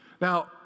Now